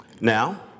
Now